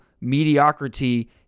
mediocrity